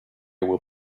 will